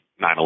9-11